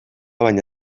baina